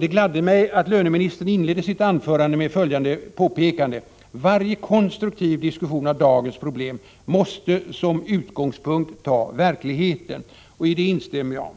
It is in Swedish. Det gladde mig att löneministern inledde sitt anförande med följande påpekande: Varje konstruktiv diskussion av dagens problem måste som utgångspunkt ta verkligheten. I detta instämmer jag.